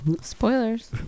Spoilers